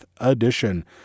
edition